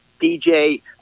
DJ